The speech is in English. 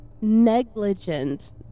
negligent